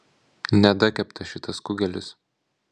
nedakeptas šitas kugelis